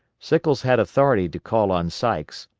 sickles had authority to call on sykes,